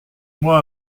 moi